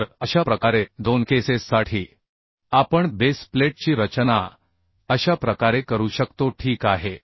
तर अशा प्रकारे दोन केसेससाठी आपण बेस प्लेटची रचना अशा प्रकारे करू शकतो ठीक आहे